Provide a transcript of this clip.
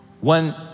One